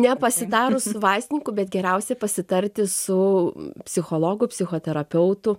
nepasitarus su vaistininku bet geriausiai pasitarti su psichologu psichoterapeutu